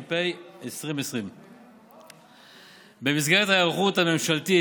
התש"ף 2020. במסגרת ההיערכות הממשלתית